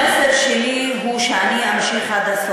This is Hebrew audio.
אני לא הגון,